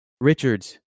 Richards